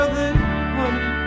honey